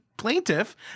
Plaintiff